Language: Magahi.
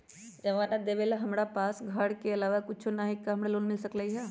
जमानत देवेला हमरा पास हमर घर के अलावा कुछो न ही का हमरा लोन मिल सकई ह?